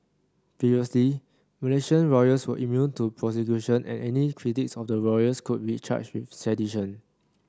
previously Malaysian royals were immune to prosecution and any critics of the royals could be charged with sedition